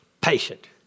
patient